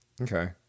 Okay